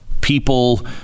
people